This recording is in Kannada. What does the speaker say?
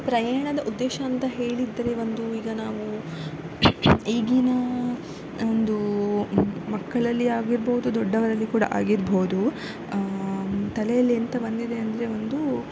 ಪ್ರಯಾಣದ ಉದ್ದೇಶ ಅಂತ ಹೇಳಿದರೆ ಒಂದು ಈಗ ನಾವು ಈಗಿನ ಒಂದು ಮಕ್ಕಳಲ್ಲಿ ಆಗಿರ್ಬೋದು ದೊಡ್ಡವರಲ್ಲಿ ಕೂಡ ಆಗಿರ್ಬೋದು ತಲೆಯಲ್ಲಿ ಎಂಥ ಬಂದಿದೆ ಅಂದರೆ ಒಂದು